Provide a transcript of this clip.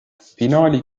finaali